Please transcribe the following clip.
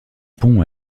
pont